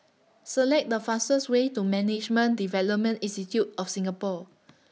Select The fastest Way to Management Development Institute of Singapore